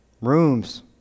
Rooms